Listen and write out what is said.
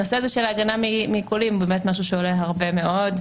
הנושא הזה של הגנה מעיקולים זה באמת משהו שעולה הרבה מאוד,